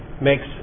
makes